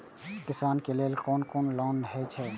किसान के लेल कोन कोन लोन हे छे?